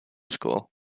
school